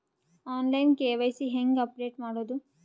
On line KYC ಹೇಂಗ update ಮಾಡೋದು?